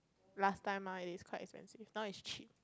last time lah it is quite expensive now it's cheap